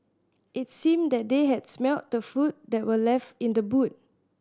it seemed that they had smelt the food that were left in the boot